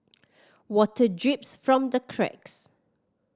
water drips from the cracks